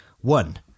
One